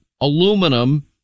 aluminum